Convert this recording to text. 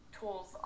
tools